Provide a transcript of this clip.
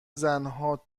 زنها